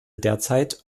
derzeit